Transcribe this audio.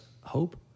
hope